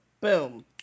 boom